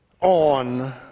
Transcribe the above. on